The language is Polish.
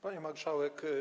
Pani Marszałek!